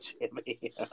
Jimmy